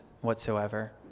whatsoever